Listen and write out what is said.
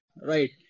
Right